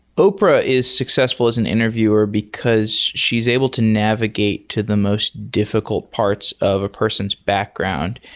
oprah is successful as an interviewer, because she's able to navigate to the most difficult parts of a person's background.